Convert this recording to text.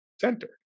center